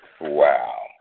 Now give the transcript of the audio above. Wow